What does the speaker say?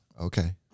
okay